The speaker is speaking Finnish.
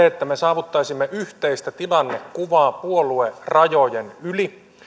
että me saavuttaisimme yhteistä tilannekuvaa puoluerajojen yli